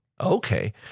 Okay